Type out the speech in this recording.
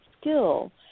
skill